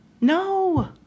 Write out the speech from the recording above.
No